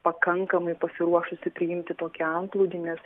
pakankamai pasiruošusi priimti tokį antplūdį nes